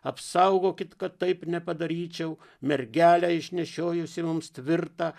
apsaugokit kad taip nepadaryčiau mergelę išnešiojusi mums tvirtą